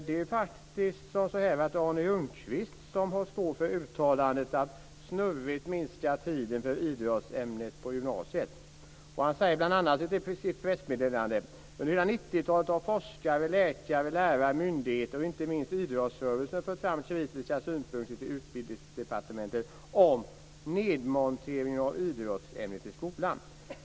Det är faktiskt Arne Ljungqvist som står för uttalandet: Snurrigt minska tiden för idrottsämnet på gymnasiet. Han säger bl.a. i sitt pressmeddelande: Under 90 talet har forskare, läkare, lärare, myndigheter och inte minst idrottsrörelsen fört fram kritiska synpunkter till Utbildningsdepartementet om nedmontering av idrottsämnet i skolan.